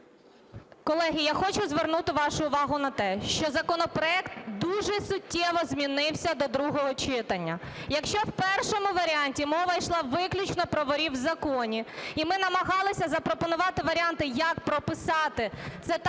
Колеги, я хочу звернути вашу увагу на те, що законопроект дуже суттєво змінився до другого читання. Якщо в першому варіанті мова йшла виключно про "ворів у законі" і ми намагалися запропонувати варіанти як прописати це так,